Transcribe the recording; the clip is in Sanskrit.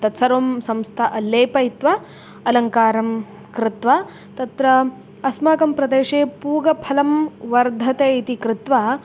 तत्सर्वं संस्था लेपयित्वा अलङ्कारं कृत्वा तत्र अस्माकं प्रदेशे पूगफलं वर्धते इति कृत्वा